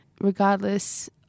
regardless